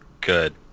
good